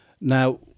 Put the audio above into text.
Now